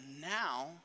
now